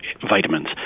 vitamins